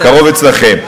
בקרוב אצלכם.